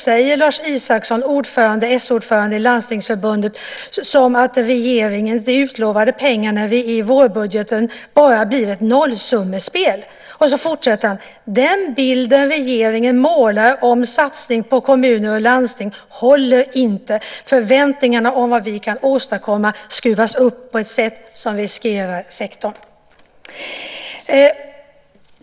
säger Lars Isaksson, s-ordförande i Landstingsförbundet, de pengar "regeringen utlovar i vårbudgeten bara bli ett nollsummespel." Sedan fortsätter han: "- Den bilden regeringen målar ut om satsning på kommuner och landsting håller inte. Förväntningarna om vad vi kan åstadkomma skruvas upp på ett sätt som riskerar att skada sektorn."